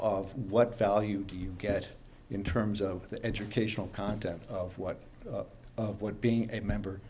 of what value you get in terms of the educational content of what of what being a member